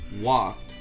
walked